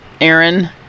Aaron